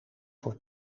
voor